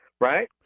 Right